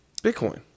bitcoin